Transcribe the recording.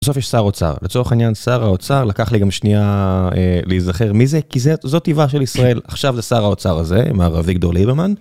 בסוף יש שר אוצר, לצורך העניין שר האוצר לקח לי גם שנייה להיזכר מי זה כי זאת טיבה של ישראל, עכשיו זה שר האוצר הזה, מר אביגדור ליברמן.